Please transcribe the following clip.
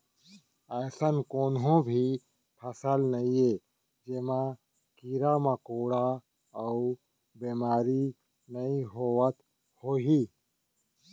अइसन कोनों भी फसल नइये जेमा कीरा मकोड़ा अउ बेमारी नइ होवत होही